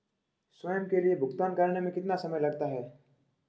स्वयं के लिए भुगतान करने में कितना समय लगता है?